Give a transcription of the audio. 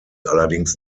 allerdings